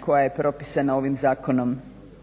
koja je propisana ovim Zakonom.